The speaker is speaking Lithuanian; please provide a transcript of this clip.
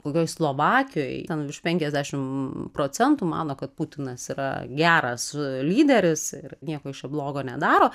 kokioje slovakijoje ten virš penkiasdešimt procentų mano kad putinas yra geras lyderis ir nieko jis čia blogo nedaro